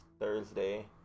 Thursday